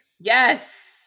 Yes